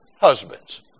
husbands